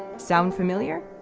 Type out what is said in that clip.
sound familiar?